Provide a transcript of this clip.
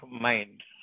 mind